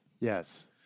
Yes